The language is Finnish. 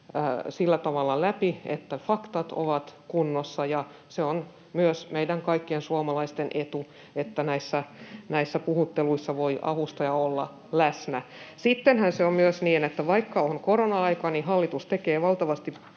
sillä tavalla läpi, että faktat ovat kunnossa. Se on myös meidän kaikkien suomalaisten etu, että näissä puhutteluissa voi avustaja olla läsnä. Sittenhän se on myös niin, että vaikka on korona-aika, niin hallitus tekee valtavasti